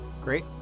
Great